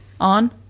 on